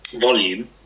volume